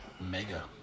Mega